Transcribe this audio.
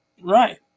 Right